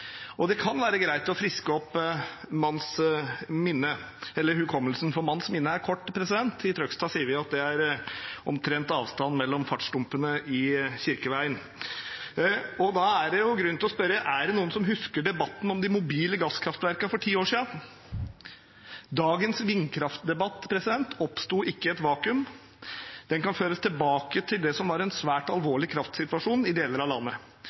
Det kan være greit å friske opp manns minne, eller hukommelsen, for manns minne er kort – i Trøgstad sier vi at det tilsvarer omtrent avstanden mellom fartsdumpene i Kirkeveien. Da er det grunn til å spørre: Er det noen som husker debatten om de mobile gasskraftverkene for ti år siden? Dagens vindkraftdebatt oppsto ikke i et vakuum. Den kan føres tilbake til det som var en svært alvorlig kraftsituasjon i deler av landet.